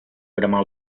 cremar